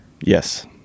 Yes